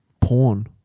porn